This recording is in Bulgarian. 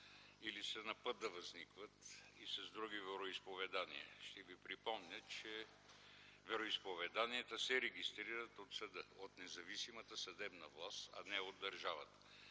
или са на път да възникват и с други вероизповедания. Ще Ви припомня, че вероизповеданията се регистрират от съда – от независимата съдебна власт, а не от държавата.